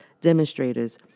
demonstrators